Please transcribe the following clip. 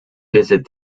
visit